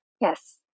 Yes